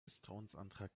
misstrauensantrag